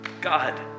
God